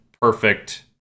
perfect